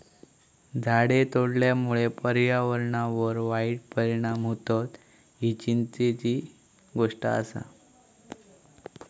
झाडे तोडल्यामुळे पर्यावरणावर वाईट परिणाम होतत, ही चिंतेची गोष्ट आसा